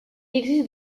existe